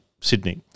Sydney